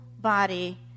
body